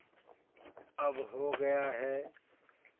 अब हो गया है